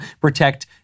Protect